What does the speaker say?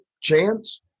chance